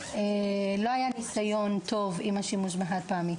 לא היה ניסיון טוב עם השימוש בחד פעמי,